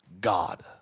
God